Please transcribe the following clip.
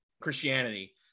Christianity